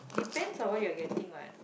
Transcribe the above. depends on what you're getting what